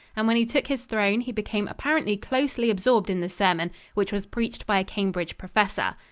and when he took his throne, he became apparently closely absorbed in the sermon, which was preached by a cambridge professor.